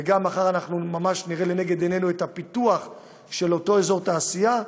ומחר אנחנו נראה ממש לנגד עינינו את הפיתוח של אותו אזור תעשייה.